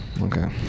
okay